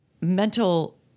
mental